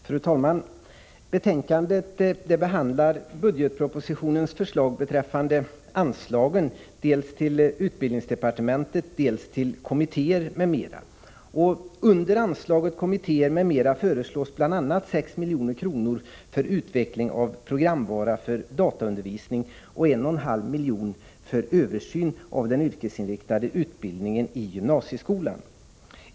Fru talman! Betänkandet behandlar förslag i budgetpropositionen beträffande medelsanvisning dels till utbildningsdepartementet, dels till kommitté er m.m. Under anslaget Kommittéer m.m. föreslås bl.a. 6 milj.kr. för utveckling av programvara för dataundervisning och 1,5 milj.kr. för översyn av den yrkesinriktade utbildningen i gymnasieskolan.